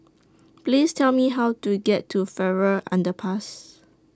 Please Tell Me How to get to Farrer Underpass